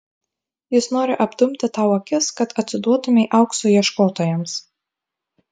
jis nori apdumti tau akis kad atsiduotumei aukso ieškotojams